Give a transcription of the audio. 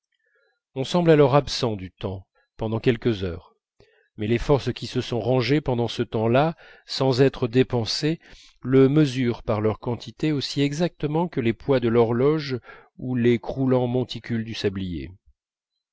on semble alors absent du temps pendant quelques heures mais les forces qui se sont rangées pendant ce temps-là sans être dépensées le mesurent par leur quantité aussi exactement que les poids de l'horloge ou les croulants monticules du sablier